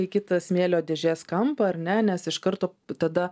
į kitą smėlio dėžės kampą ar ne nes iš karto tada